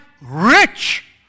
rich